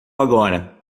agora